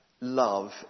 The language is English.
love